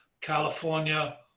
California